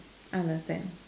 understand